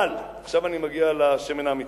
אבל, עכשיו אני מגיע לשמן האמיתי,